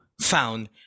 found